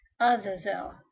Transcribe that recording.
Azazel